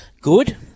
good